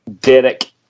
Derek